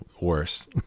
worse